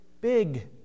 big